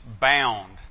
bound